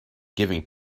giving